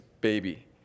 baby